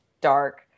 dark